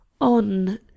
On